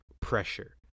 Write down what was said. pressure